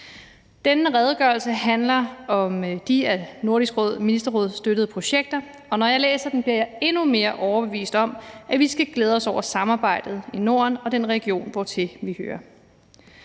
Denne redegørelse handler om de af Nordisk Ministerråd støttede projekter, og når jeg læser den, bliver jeg endnu mere overbevist om, at vi skal glæde os over samarbejdet i Norden og den region, hvortil vi hører.